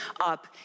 up